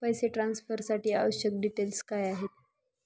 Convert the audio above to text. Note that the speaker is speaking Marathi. पैसे ट्रान्सफरसाठी आवश्यक डिटेल्स काय आहेत?